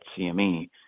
CME